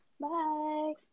Bye